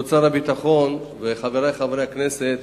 כבוד שר הביטחון וחברי חברי הכנסת,